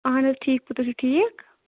اہن حظ ٹھیٖک پٲٹھۍ تُہۍ چھُ ٹھیٖک